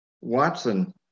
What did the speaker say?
Watson